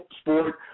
sport